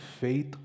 faith